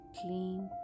Clean